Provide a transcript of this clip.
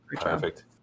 perfect